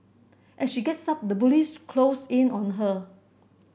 as she gets up the bullies close in on her